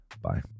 bye